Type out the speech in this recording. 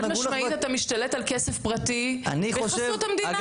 חד משמעית אתה משתלט על כסף פרטי בחסות המדינה,